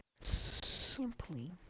simply